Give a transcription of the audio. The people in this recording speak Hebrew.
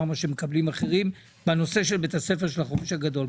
כמו שמקבלים אחרים בנושא של בית הספר של החופש הגדול,